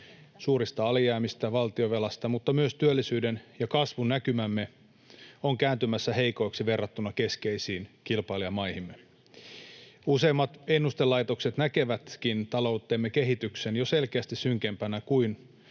suurista alijäämistä ja valtionvelasta, mutta myös työllisyyden ja kasvun näkymämme ovat kääntymässä heikoiksi verrattuna keskeisiin kilpailijamaihimme. Useimmat ennustelaitokset näkevätkin taloutemme kehityksen jo selkeästi synkempänä kuin